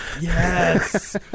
Yes